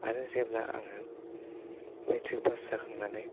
आरो जेब्ला आङो मेट्रिक पास जाखांनानै